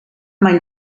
mein